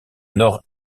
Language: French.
nord